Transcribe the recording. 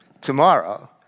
Tomorrow